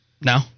No